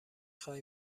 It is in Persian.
خوای